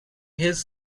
his